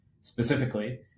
specifically